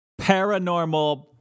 paranormal